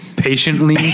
Patiently